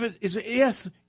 Yes